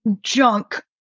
junk